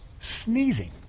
sneezing